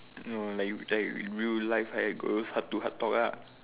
oh like like real life like girls' heart to heart talk lah